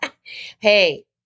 Hey